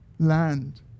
Land